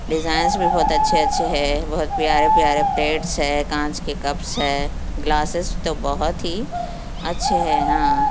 designs بھی بہت اچھے اچھے ہے بہت پیارے پیارے پلیٹس ہے کانچ کے کپس ہے گلاسیس تو بہت ہی اچھے ہے ہاں